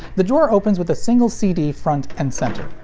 the drawer opens with a single cd front and center.